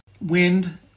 wind